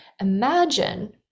imagine